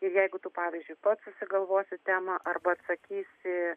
ir jeigu tu pavyzdžiui pats susigalvosi temą arba atsakysi